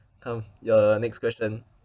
um your next question